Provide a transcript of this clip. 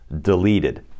deleted